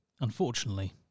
Unfortunately